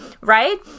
right